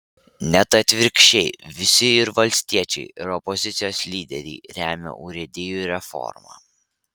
net atvirkščiai visi ir valstiečiai ir opozicijos lyderiai remia urėdijų reformą